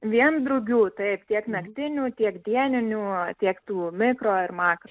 vien drugių taip tiek naktinių tiek dieninių tiek tų mikro ir makro